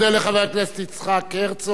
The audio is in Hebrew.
אני מאוד מודה לחבר הכנסת יצחק הרצוג,